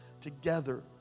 together